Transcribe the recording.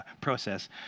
process